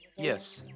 yes,